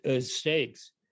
stakes